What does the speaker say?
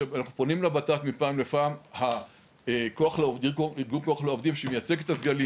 כאשר אנחנו פונים לןת"ת מפעם לפעם ארגון הכוח לעובדים שמייצג את הסגלים,